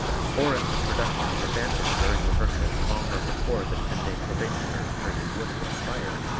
or if the production is abandoned during rehearsals on or before the ten day probationary period would have expired,